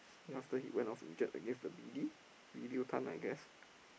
after he went off injured against the Vidi Videoton I guess